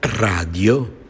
Radio